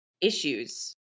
issues